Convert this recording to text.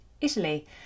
Italy